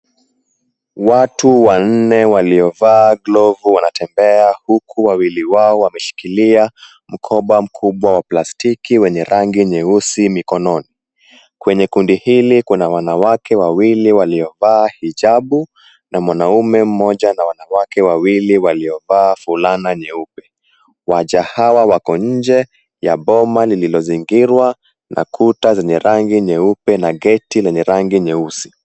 Watu wanne waliovaa glovu wanatembea huku wawili wao wameshilikilia mkoba mkubwa wa plastiki wenye rangi nyeusi mikononi. Kwenye kundi hili kuna wanawake wawili waliovaa hijabu na mwanaume mmoja na wanawake wawili waliovaa fulana nyeupe. Waja hawa wako nje ya boma lililozingirwa na kuta zenye rangi nyeupe na geti lenye rangi nyeusi.